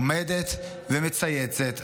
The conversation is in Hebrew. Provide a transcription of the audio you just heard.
עומדת ומצייצת,